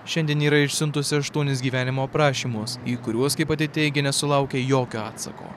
šiandien yra išsiuntusi aštuonis gyvenimo prašymus į kuriuos kaip pati teigia nesulaukia jokio atsako